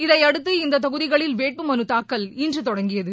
இதையடுத்து இந்த தொகுதிகளில் வேட்புமனு தாக்கல் இன்று தொடங்கியது